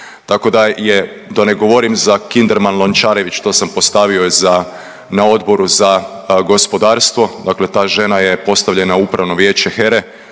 Tako da je, to ne govorim za Kinderman Lončerević to sam postavio za na Odboru za gospodarstvu, dakle ta žena je postavljena u upravno vijeće HERE,